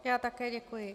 Já také děkuji.